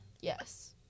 Yes